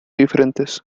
diferentes